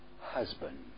husband